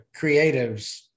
creatives